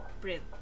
print